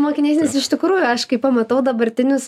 mokiniais nes iš tikrųjų aš kai pamatau dabartinius